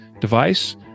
device